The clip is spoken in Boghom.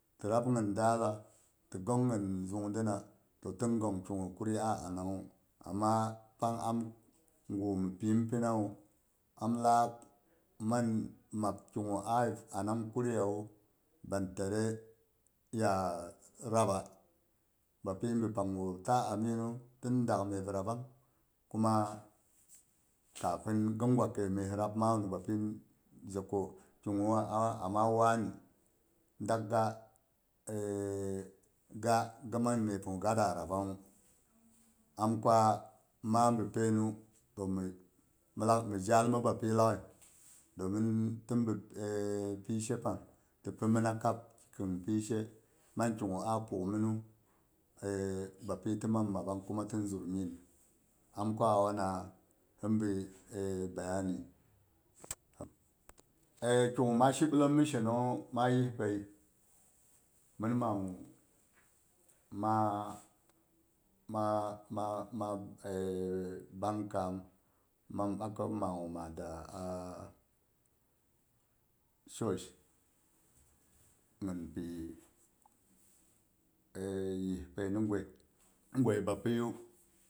Ti rab min daala ti gong hin zungdi na to tin gong kigu kuria anangu, amma pang am gu mi piyim pi nawu an lak man mab ki gu a anang ku riya wu bantare ya rabba bapi ti bi panggu ta amnnu tin dak myep rabang kuma kafin ghin gwa kai mes rabma wu ni bapi je ko ki gu wa awa amma wani dak ga ga ghin mang myep gu da rabbanghu, am kwa ma bi painnu to mhe to mi milak mi jaal mi bapi laaghai domin tin bi pishe pang ti pi mhina kap khin pishe man ki gu kuk minu eh bapi mang mabbang kuma tin zut min. Am kwa a wana nin bi eh bayani. A ki gu ma shi ɓellem mi shenonghu ma yih pai mhin magu ma ma ma bang kammu mang ɓakai yom gu ma da a- church ghin pi yih pai ni gwai bapiyu.